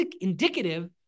indicative